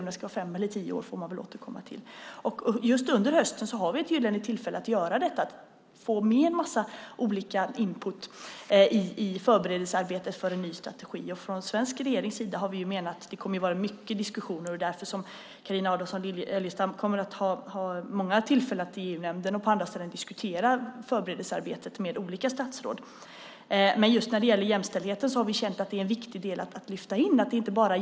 Om den ska vara fem eller tio år får man väl återkomma till. Just under hösten har vi ett gyllene tillfälle att få med en massa olika inputs i förberedelsearbetet för en ny strategi. Det kommer att vara många diskussioner, så Carina Adolfsson Elgestam får många tillfällen att i EU-nämnden och på andra ställen diskutera förberedelsearbetet med olika statsråd. Men just jämställdheten har vi känt är en viktig del att lyfta in.